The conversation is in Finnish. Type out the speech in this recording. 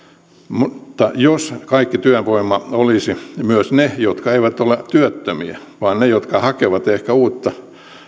mutta jos kaikki työvoima olisi myös ne jotka eivät ole työttömiä vaan jotka hakevat ehkä uutta